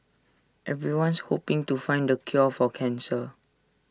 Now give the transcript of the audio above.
everyone's hoping to find the cure for cancer